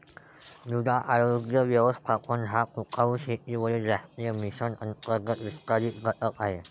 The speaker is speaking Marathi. मृदा आरोग्य व्यवस्थापन हा टिकाऊ शेतीवरील राष्ट्रीय मिशन अंतर्गत विस्तारित घटक आहे